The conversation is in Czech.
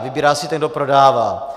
Vybírá si ten, kdo prodává.